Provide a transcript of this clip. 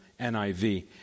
NIV